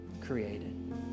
created